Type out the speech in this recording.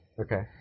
Okay